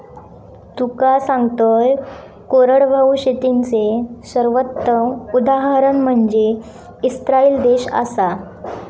तुका सांगतंय, कोरडवाहू शेतीचे सर्वोत्तम उदाहरण म्हनजे इस्राईल देश आसा